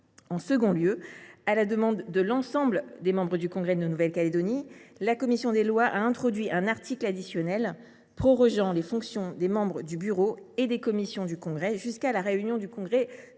En second lieu, à la demande de l’ensemble des membres du congrès de la Nouvelle Calédonie, la commission des lois a introduit un article additionnel prorogeant les fonctions des membres du bureau et des commissions du congrès jusqu’à la réunion du congrès